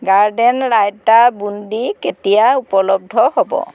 garden raita boondi কেতিয়া উপলব্ধ হ'ব